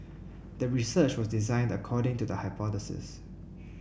the research was designed according to the hypothesis